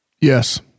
Yes